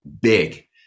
big